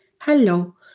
hello